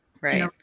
Right